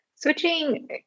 switching